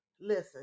Listen